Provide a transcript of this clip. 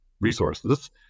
resources